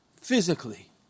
physically